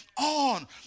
on